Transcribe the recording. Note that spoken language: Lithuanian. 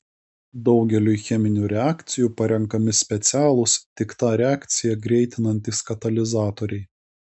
daugeliui cheminių reakcijų parenkami specialūs tik tą reakciją greitinantys katalizatoriai